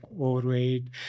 overweight